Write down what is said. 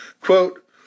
Quote